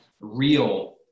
real